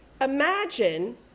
imagine